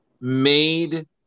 made